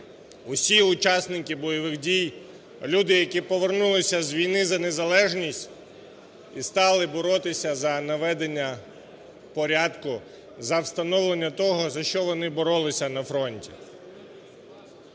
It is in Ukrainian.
усі учасники бойових дій, люди, які повернулися з війни за незалежність і стали боротися за наведення порядку, за встановлення того, за що вони боролися на фронті.